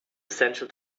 essential